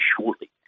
shortly